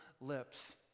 lips